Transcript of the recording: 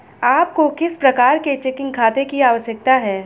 आपको किस प्रकार के चेकिंग खाते की आवश्यकता है?